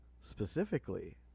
specifically